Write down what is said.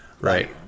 Right